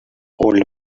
old